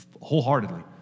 wholeheartedly